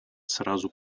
сразу